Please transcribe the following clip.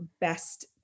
best